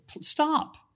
stop